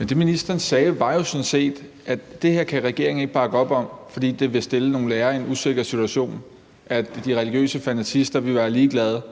(SF): Det, ministeren sagde, var jo sådan set, at det her kan regeringen ikke bakke op om, fordi det vil stille nogle lærere i en usikker situation og de religiøse fanatister vil være ligeglade.